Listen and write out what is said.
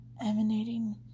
emanating